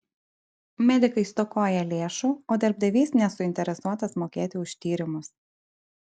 medikai stokoja lėšų o darbdavys nesuinteresuotas mokėti už tyrimus